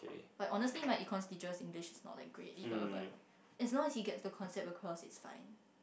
like honestly my Econs teacher's English is not that great either but as long as he gets the concept across is fine